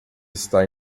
está